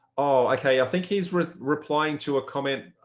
oh, okay. i think he's replying to a comment,